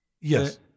Yes